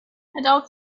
adele